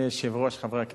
אדוני היושב-ראש, חברי הכנסת,